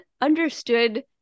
understood